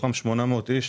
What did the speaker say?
כש-800 איש